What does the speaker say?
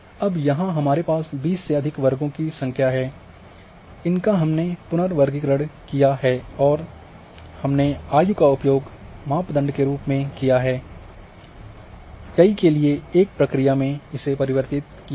अब यहाँ हमारे पास 20 से अधिक वर्गों की संख्या है इनका हमने पुनर्वर्गीकरण किया है और हमने आयु का उपयोग मापदंड के रूप में किया है और कई के लिए एक प्रक्रिया में परिवर्तित किया है